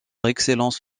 excellence